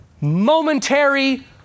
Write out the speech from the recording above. momentary